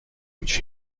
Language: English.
which